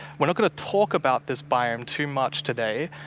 we're not going to talk about this biome too much today,